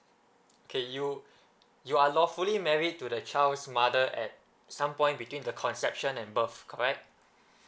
K you you are lawfully married to the child's mother at some point between the conception and birth correct